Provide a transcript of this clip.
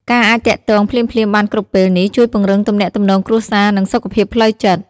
ការអាចទាក់ទងភ្លាមៗបានគ្រប់ពេលនេះជួយពង្រឹងទំនាក់ទំនងគ្រួសារ និងសុខភាពផ្លូវចិត្ត។